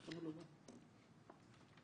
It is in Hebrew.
אם אין עוד משרדים ממשלתיים, נעבור לחברי הכנסת.